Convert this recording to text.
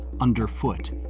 underfoot